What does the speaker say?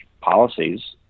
policies